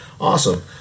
Awesome